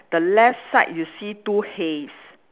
the left side you see two hays